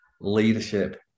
leadership